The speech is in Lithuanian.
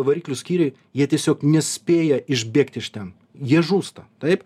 variklių skyriuj jie tiesiog nespėja išbėgt iš ten jie žūsta taip